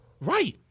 Right